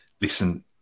listen